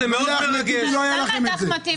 אם לא היה אחמד טיבי לא היה לכם את זה.